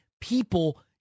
people